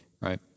right